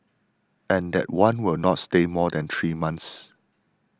and that one will not stay more than three months